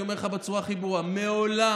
אני אומר לך בצורה הכי ברורה: מעולם